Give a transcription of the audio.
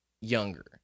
younger